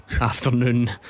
afternoon